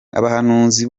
abahanuzi